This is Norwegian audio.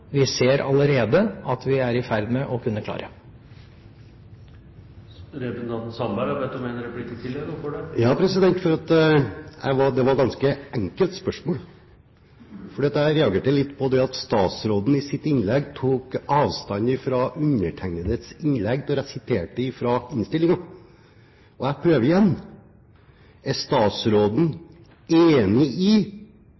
vi klarer å få ned saksbehandlingstida i asylsakene, noe vi allerede ser at vi er i ferd med å kunne klare. Det var et ganske enkelt spørsmål. Jeg reagerte litt på det at statsråden i sitt innlegg tok avstand fra undertegnedes innlegg der jeg siterte fra innstillingen. Og jeg prøver igjen: Er statsråden